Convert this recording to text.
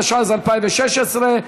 התשע"ז 2016,